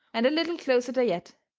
and a little closeter yet,